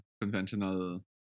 conventional